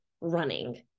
running